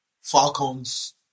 Falcons